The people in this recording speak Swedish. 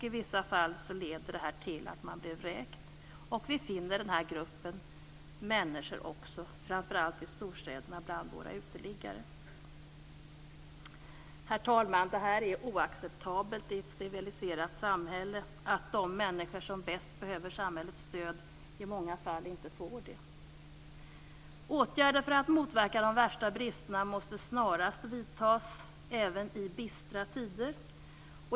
I vissa fall leder det till att man blir vräkt. Vi finner den här gruppen människor, framför allt i storstäderna, bland våra uteliggare. Herr talman! Det är oacceptabelt i ett civiliserat samhälle att de människor som bäst behöver samhällets stöd i många fall inte får det. Åtgärder för att motverka de värsta bristerna måste snarast vidtas även i bistra tider.